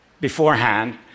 beforehand